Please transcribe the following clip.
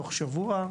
בתוך שבוע,